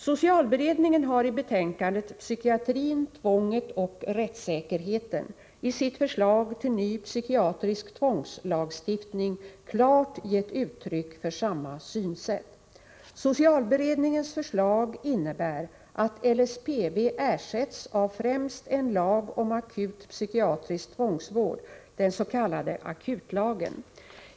Socialberedningen har i betänkandet Psykiatrin, tvånget och rättssäkerheten i sitt förslag till ny psykiatrisk tvångslagstiftning klart gett uttryck för samma synsätt. Socialberedningens förslag innebär att LSPV ersätts av främst en lag om akut psykiatrisk tvångsvård, den s.k. akutlagen.